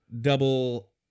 double